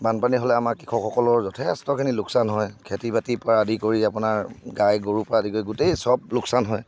বানপানী হ'লে আমাৰ কৃষকসকলৰ যথেষ্টখিনি লোকচান হয় খেতি বাতিৰ পৰা আদি কৰি আপোনাৰ গাই গৰুৰ পৰা আদি কৰি গোটেই চব লোকচান হয়